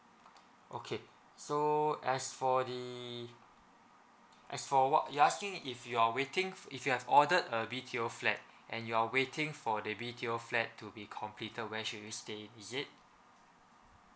okay so as for the as for what you asking if you're waiting if you have ordered a B_T_O flat and you're waiting for they B_T_O flat to be completed where should you stay is it